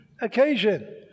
occasion